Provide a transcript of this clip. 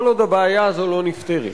כל עוד הבעיה הזאת לא נפתרת.